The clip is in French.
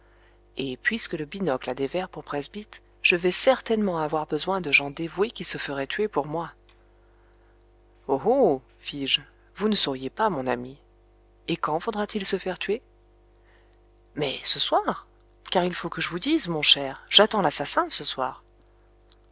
et puisque le binocle a des verres pour presbyte je vais certainement avoir besoin de gens dévoués qui se feraient tuer pour moi oh oh fis-je vous ne souriez pas mon ami et quand faudra-t-il se faire tuer mais ce soir car il faut que je vous dise mon cher j'attends l'assassin ce soir